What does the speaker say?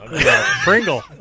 Pringle